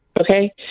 okay